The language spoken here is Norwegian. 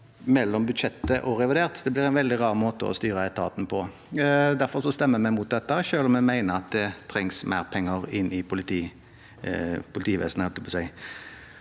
mellom statsbudsjettet og revidert blir en veldig rar måte å styre etaten på. Derfor stemmer vi mot dette, selv om vi mener at det trengs mer penger inn i politivesenet.